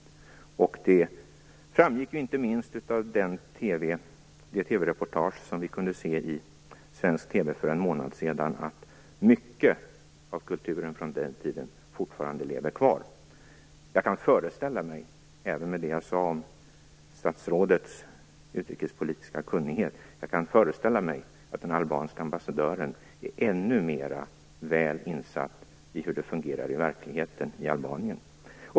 Det framgick ju inte minst av det TV reportage som vi kunde se i svensk TV för en månad sedan att mycket av kulturen från den tiden fortfarande lever kvar. Jag kan föreställa mig, trots det jag sade om statsrådets utrikespolitiska kunnighet, att den albanske ambassadören är ännu mer väl insatt i hur det fungerar i verkligheten i Albanien.